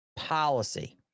policy